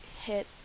hit